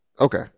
okay